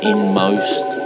Inmost